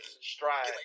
stride